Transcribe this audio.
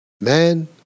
man